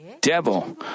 devil